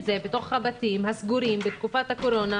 זה בתוך הבתים הסגורים בתקופת הקורונה,